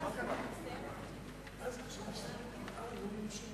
התש"ע 2009, נתקבל.